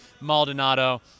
Maldonado